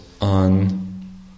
on